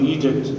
Egypt